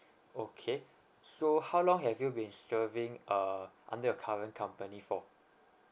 okay so how long have you been serving uh under your current company for